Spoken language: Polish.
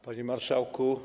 Panie Marszałku!